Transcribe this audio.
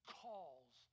calls